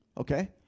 Okay